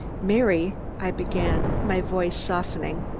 mary i began, my voice softening.